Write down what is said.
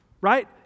right